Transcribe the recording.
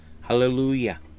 Hallelujah